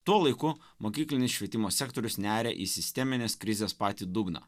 tuo laiku mokyklinis švietimo sektorius neria į sisteminės krizės patį dugną